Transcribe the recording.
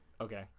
Okay